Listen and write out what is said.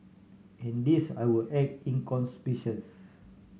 and these I will act inconspicuous